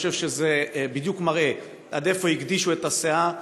אני חושב שזה בדיוק מראה עד איפה הגדישו את הסאה.